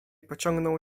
pociągnął